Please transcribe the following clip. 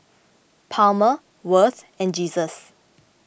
Palmer Worth and Jesus